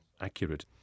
accurate